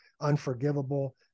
unforgivable